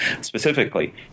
specifically